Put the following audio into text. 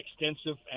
extensive